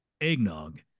eggnog